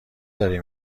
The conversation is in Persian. داری